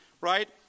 Right